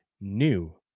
new